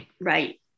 right